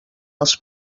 els